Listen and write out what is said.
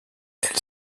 elle